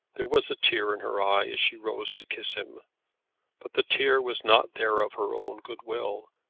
there was a tear in her eye as she rose to kiss him but the tear was not there of her own good will,